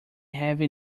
heavy